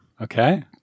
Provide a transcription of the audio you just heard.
Okay